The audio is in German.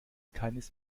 keines